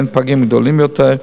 ובין פגים גדולים יותר.